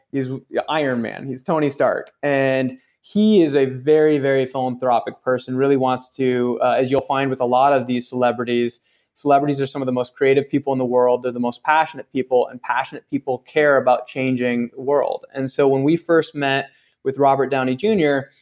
yeah iron man, he's tony stark, and he is a very, very philanthropic person, really wants to, as you'll find with a lot of these celebrities celebrities are some of the most creative people in the world, they're the most passionate people, and passionate people care about changing the world. and so when we first met with robert downey jr,